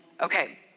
Okay